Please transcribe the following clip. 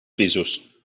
pisos